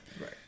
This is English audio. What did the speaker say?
Right